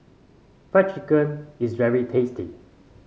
Fried Chicken is very tasty